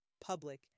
public